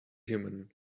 human